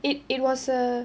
i~ it was a